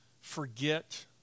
forget